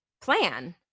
plan